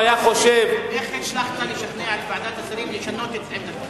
איך הצלחת לשכנע את ועדת השרים לשנות את זה?